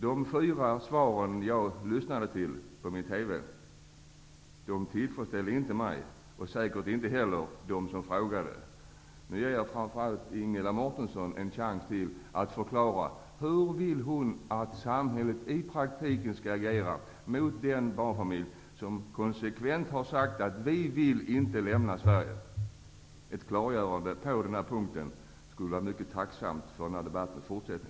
De fyra svaren jag lyssnade till tillfredsställde inte mig och säkert inte heller dem som frågade. Nu ger jag framför allt Ingela Mårtensson en chans till att förklara hur hon vill att samhället i praktiken skall agera mot den barnfamilj som konsekvent säger att de inte vill lämna Sverige. Det skulle vara tacksamt för den fortsatta debatten att få ett klargörande på den punkten.